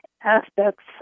aspects